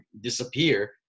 disappear